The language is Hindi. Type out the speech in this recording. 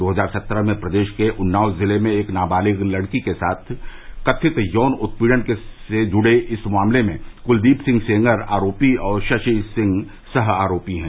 दो हजार सत्रह में प्रदेश के उन्नाव जिले में एक नाबालिग लड़की के कथित यौन उत्पीड़न से जुड़े इस मामले में कूलदीप सिंह सेंगर आरोपी और शरी सिंह सह आरोपी हैं